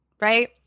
right